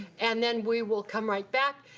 and then we will come right back.